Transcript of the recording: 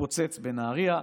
התפוצץ בנהריה,